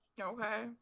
Okay